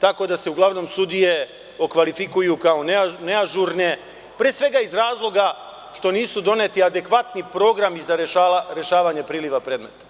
tako da se uglavnom sudije okvalifikuju kao neažurne, pre svega iz razloga što nisu doneti adekvatni programi za rešavanje priliva predmeta.